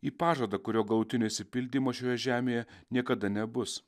į pažadą kurio galutinio išsipildymo šioje žemėje niekada nebus